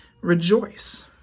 Rejoice